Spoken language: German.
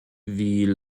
wie